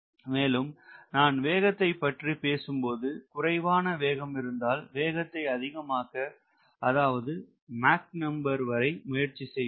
மேலும் நான் வேகத்தை பற்றி பேசும் போது குறைவான வேகம் இருந்தால் வேகத்தை அதிகமாக்க அதாவது மாக் நம்பர் வரை முயற்சி செய்வோம்